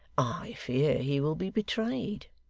i fear he will be betrayed,